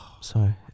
sorry